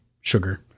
sugar